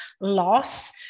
loss